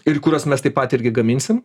ir kuriuos mes taip pat irgi gaminsim